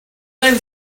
then